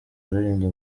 waririmbye